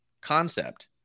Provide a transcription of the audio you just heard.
concept